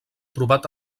trobat